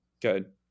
Good